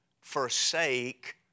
forsake